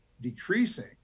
decreasing